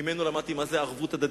ממנו למדתי מה זו ערבות הדדית.